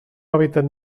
hàbitat